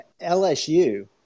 LSU